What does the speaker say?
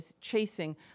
chasing